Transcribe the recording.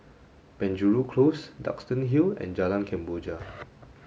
Penjuru Close Duxton Hill and Jalan Kemboja